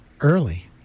early